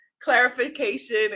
clarification